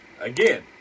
Again